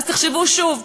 אז תחשבו שוב.